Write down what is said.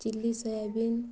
chilli soybean